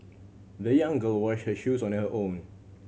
the young girl washed her shoes on her own